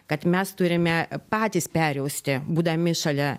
kad mes turime patys perjausti būdami šalia